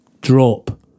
drop